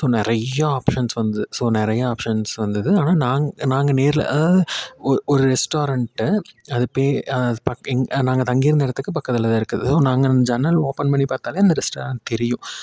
so நிறையா options வந்து so நிறையா ஆப்ஷன்ஸ் வந்தது ஆனால் நாங்கள் நாங்கள் நேரில் அதாவது ஒரு ரெஸ்ட்டாரண்ட்டு அது பேர் எங்கள் நாங்கள் தங்கி இருந்த இடத்துக்கு பக்கத்தில் தான் இருக்குது நாங்கள் அந்த ஜன்னல் ஓப்பன் பண்ணி பார்த்தாலே அந்த ரெஸ்ட்டாரண்ட் தெரியும்